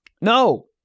No